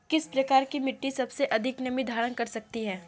किस प्रकार की मिट्टी सबसे अधिक नमी धारण कर सकती है?